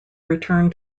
return